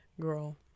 girl